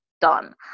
done